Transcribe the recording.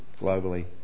globally